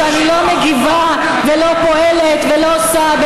שאני לא מגיבה ולא פועלת ולא עושה,